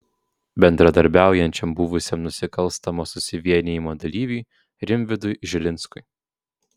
bendradarbiaujančiam buvusiam nusikalstamo susivienijimo dalyviui rimvydui žilinskui